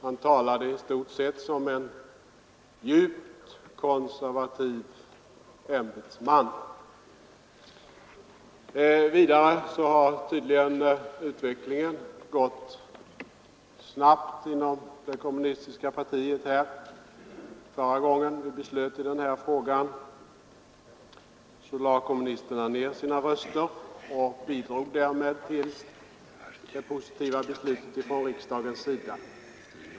Han talade i stort sett som en djupt konservativ ämbetsman. Vidare har tydligen utvecklingen gått snabbt inom det kommunistiska partiet. Förra gången vi beslutade i denna fråga lade kommunisterna ned sina röster och bidrog därmed till det positiva beslut som riksdagen fattade.